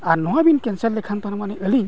ᱟᱨ ᱱᱚᱣᱟᱵᱤᱱ ᱞᱮᱠᱷᱟᱱ ᱛᱟᱨᱢᱟᱱᱮ ᱟᱞᱤᱧ